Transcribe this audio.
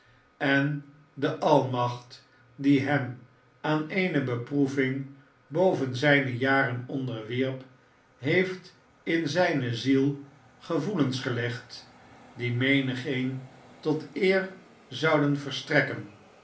en de almacht die hem aan eene beproeving boven zijne jaren onderwierp heeft in zijne ziel gevoelens gelegd die menigeen tot eer zouden verstrekken